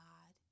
God